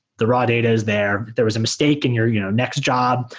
the raw data is there. there was a mistake in your you know next job.